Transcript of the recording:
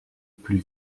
plus